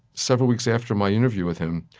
several weeks after my interview with him,